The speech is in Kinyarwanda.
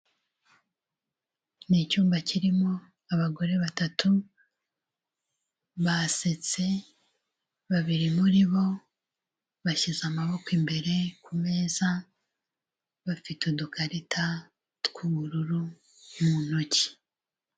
Ni icyumba kirimo abagore batatu, basetse, babiri muri bo bashyize amaboko imbere ku meza, bafite udukarita tw'ubururu mu ntoki.